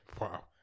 Wow